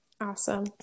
Awesome